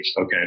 Okay